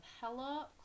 Hella